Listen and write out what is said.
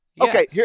Okay